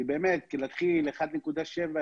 כי באמת לקבוע 1.7,